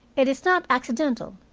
it is not accidental.